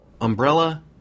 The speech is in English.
umbrella